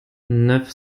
neuf